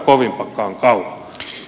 arvoisa puhemies